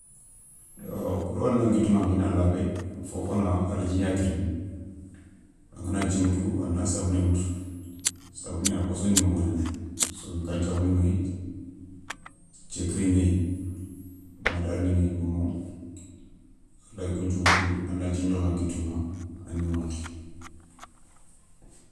Yo kou do a nan kittu ηankhi i na labé fofona a da dji gna tirindi, angana dji ηutu a na sabouné ηutu sabounéηa a fassoni ngobo gnani, soninka sabouné ηéyi, thiékiri ηéyi, madar ni ηéye omo, a layi kounthiou woutou a na dji ndiokha nkitou ηa, a ni wankhi.